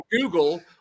Google